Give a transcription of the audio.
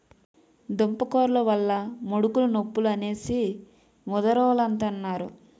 దుంపకూరలు వల్ల ముడుకులు నొప్పులు అనేసి ముదరోలంతన్నారు